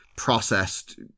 processed